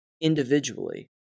individually